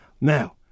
Now